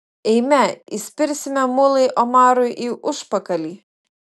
eime įspirsime mulai omarui į užpakalį